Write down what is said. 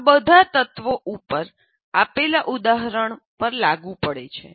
આ બધા તત્વો ઉપર આપેલા ઉદાહરણ પર લાગુ પડે છે